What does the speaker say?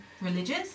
religious